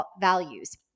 values